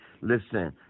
Listen